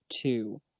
two